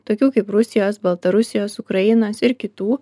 tokių kaip rusijos baltarusijos ukrainos ir kitų